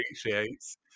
appreciates